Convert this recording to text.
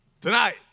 Tonight